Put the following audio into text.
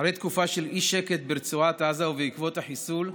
אחרי תקופה של אי-שקט ברצועת עזה, ובעקבות החיסול,